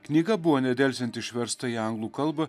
knyga buvo nedelsiant išversta į anglų kalbą